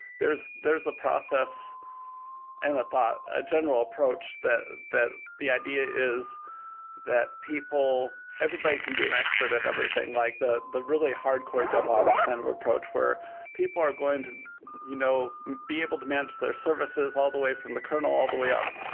there's there's a process and a thought, a general approach, that the idea is that people everybody can be an expert at everything, like the the really hardcore devops kind of approach, where people are going to you know be able to manage their services all the way from the kernel, all the way up.